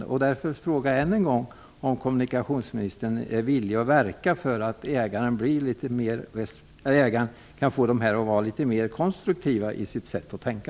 Jag frågar därför kommunikationsministern än en gång: Är kommunikationsministern villig att verka för att få detta företag litet mer konstruktivt i dess sätt att tänka?